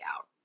out